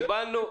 קיבלנו.